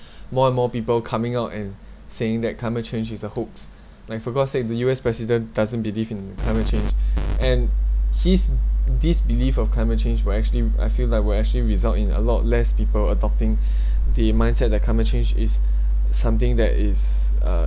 more and more people coming out and saying that climate change is a hoax like for god's sake the U_S president doesn't believe in climate change and his disbelief of climate change will actually I feel like will actually result in a lot less people to adopting the mindset that climate change is something that is uh